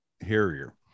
Harrier